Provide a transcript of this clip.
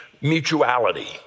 mutuality